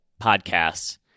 podcasts